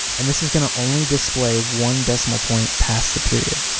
and this is gonna only display one decimal point past the period.